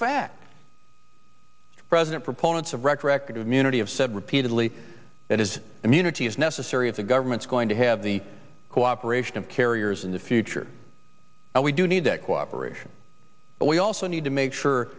fact president proponents of recorrect munity have said repeatedly that his immunity is necessary if the government's going to have the cooperation of carriers in the future and we do need that cooperation but we also need to make sure